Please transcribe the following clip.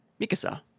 Mikasa